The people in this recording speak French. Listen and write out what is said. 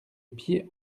pied